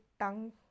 tongue